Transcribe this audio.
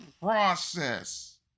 process